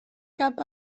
cap